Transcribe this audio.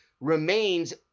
remains